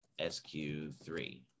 SQ3